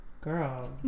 Girl